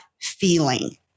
feeling